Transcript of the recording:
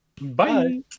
Bye